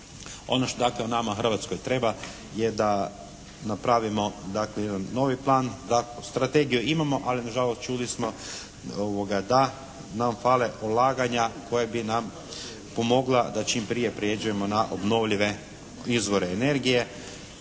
Ono što dakle nama u Hrvatskoj treba je da napravimo dakle jedan novi plan, da strategiju imamo, ali na žalost čuli smo da nam fale ulaganja koja bi nam pomogla da čim prije prijeđemo na obnovljive izvore energije.